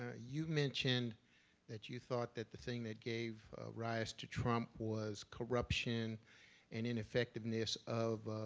ah you mentioned that you thought that the thing that gave rise to trump was corruption and ineffectiveness of